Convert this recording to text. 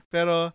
Pero